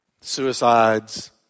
suicides